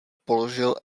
položil